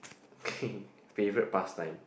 favourite past time